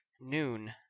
Noon